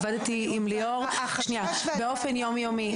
עבדתי עם ליאור באופן יום-יומי.